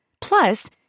Plus